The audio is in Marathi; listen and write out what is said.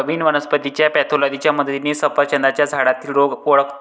प्रवीण वनस्पतीच्या पॅथॉलॉजीच्या मदतीने सफरचंदाच्या झाडातील रोग ओळखतो